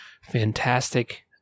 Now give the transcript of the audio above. fantastic